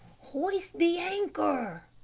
hoist the anchor!